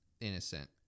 Innocent